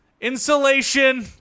insulation